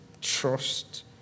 trust